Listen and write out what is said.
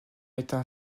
mettent